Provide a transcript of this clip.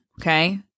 okay